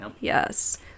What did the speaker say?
Yes